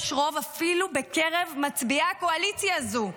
יש רוב אפילו בקרב מצביעי הקואליציה הזו.